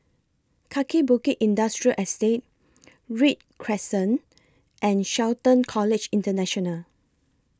Kaki Bukit Industrial Estate Read Crescent and Shelton College International